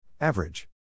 Average